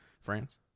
France